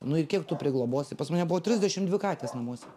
nu ir kiek tu prieglobosi pas mane buvo trisdešim dvi katės namuose